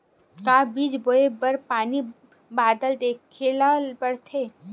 का बीज बोय बर पानी बादल देखेला पड़थे?